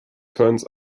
turns